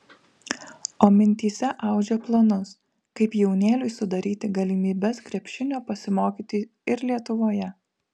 o mintyse audžia planus kaip jaunėliui sudaryti galimybes krepšinio pasimokyti ir lietuvoje